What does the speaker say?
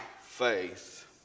faith